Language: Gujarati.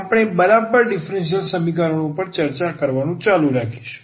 આપણે બરાબર ડીફરન્સીયલ સમીકરણો પર ચર્ચા કરવાનું ચાલુ રાખીશું